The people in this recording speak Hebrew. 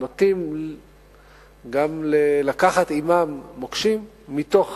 נוטים גם לקחת עמם מוקשים מתוך